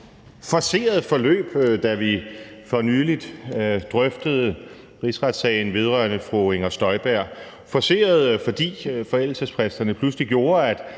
forceret forløb, da vi for nylig drøftede rigsretssagen vedrørende fru Inger Støjberg – forceret, fordi forældelsesfristerne pludselig gjorde, at